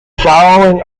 following